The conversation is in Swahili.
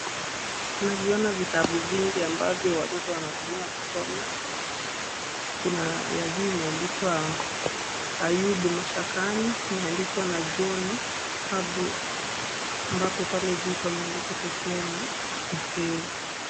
Naviona vitabu vingi ambavyo watoto wanatumia kusoma. Kuna ya juu imeandikwa Ayubu mashakani, imeandikwa na John Habue ambapo hapo juu imeandikwa pepea na kipepeo.